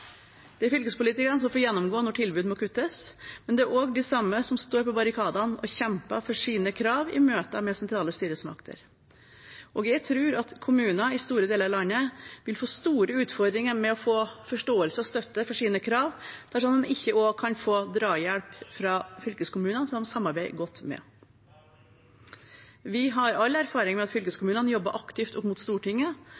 Det er fylkespolitikerne som får gjennomgå når tilbud må kuttes, men det er også de samme som står på barrikadene og kjemper for sine krav i møte med sentrale styresmakter. Jeg tror at kommuner i store deler av landet vil få store utfordringer med å få forståelse og støtte for sine krav, dersom de ikke også kan få drahjelp fra fylkeskommunen de samarbeider godt med. Vi har all erfaring med at